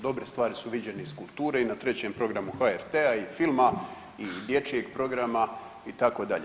Dobre stvari su viđene iz kulture i na 3 programu HRT-a i filma i dječjeg programa itd.